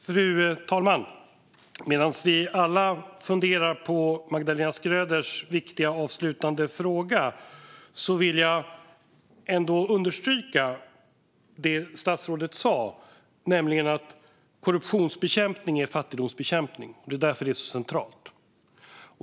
Fru talman! Medan vi alla funderar på Magdalena Schröders viktiga avslutande fråga vill jag understryka något som statsrådet sa, nämligen att korruptionsbekämpning är fattigdomsbekämpning. Det är därför det är så centralt.